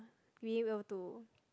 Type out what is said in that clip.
we will too